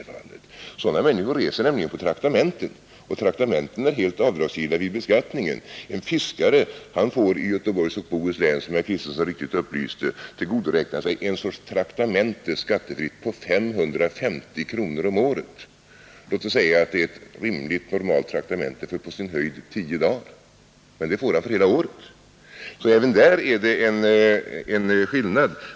Sådana människor reser nämligen på traktamenten, och traktamenten är helt avdragsgilla vid beskattningen. En fiskare får i Göteborgs och Bohus län, som herr Kristenson så riktigt upplyste, tillgodoräkna sig ett slags traktamente skattefritt på 550 kronor om året. Låt oss säga att det är ett rimligt och normalt traktamente för på sin höjd tio dagar. Men det får han för hela året. Även där är det alltså en skillnad.